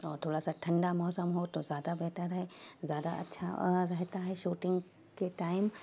اور تھوڑا سا ٹھنڈا موسم ہو تو زیادہ بہتر ہے زیادہ اچھا رہتا ہے شوٹنگ کے ٹائم